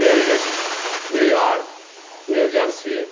Paris New York new jersey